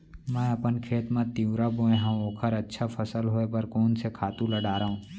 मैं अपन खेत मा तिंवरा बोये हव ओखर अच्छा फसल होये बर कोन से खातू ला डारव?